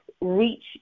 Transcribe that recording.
reach